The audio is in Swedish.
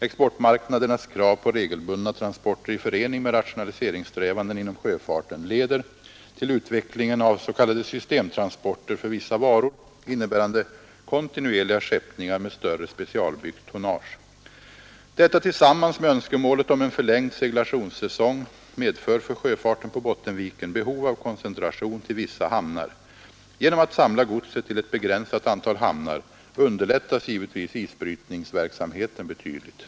Exportmarknadernas krav på regelbundna transporter i förening med rationaliseringssträvanden inom sjöfarten leder till utvecklingen av s.k. systemtransporter för vissa varor, innebärande specialbyggt tonnage. Detta till kontinuerliga skeppningar med större sammans med önskemålet om en förlängd seglationssäsong medför för sjöfarten på Bottenviken behov av koncentration till vissa hamnar. Genom att samla godset till ett begränsat antal hamnar underlättas givetvis isbrytningsverksamheten betydligt.